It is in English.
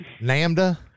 Lambda